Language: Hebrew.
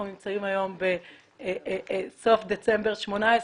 אנחנו נמצאים היום בסוף דצמבר 2018,